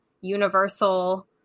universal